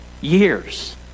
years